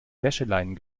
wäscheleinen